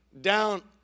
down